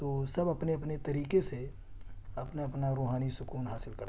تو سب اپنے اپنے طریقے سے اپنا اپنا روحانی سکون حاصل کرتے ہیں